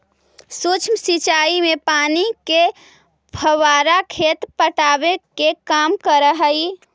सूक्ष्म सिंचाई में पानी के फव्वारा खेत पटावे के काम करऽ हइ